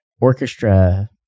orchestra